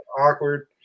Awkward